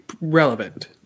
relevant